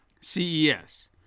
CES